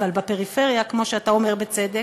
אבל בפריפריה, כמו שאתה אומר בצדק,